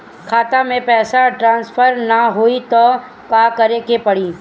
खाता से पैसा टॉसफर ना होई त का करे के पड़ी?